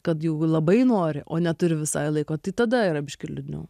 kad jau labai nori o neturi visai laiko tai tada yra biškį liūdniau